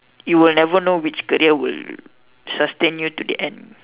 you will never know which career will sustain you to the end